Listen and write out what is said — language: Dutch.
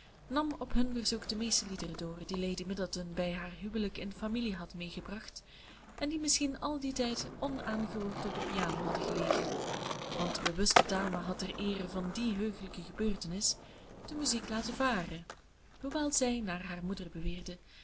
nam op hun verzoek de meeste liederen door die lady middleton bij haar huwelijk in de familie had meegebracht en die misschien al dien tijd onaangeroerd op de piano hadden gelegen want de bewuste dame had ter eere van die heugelijke gebeurtenis de muziek laten varen hoewel zij naar haar moeder beweerde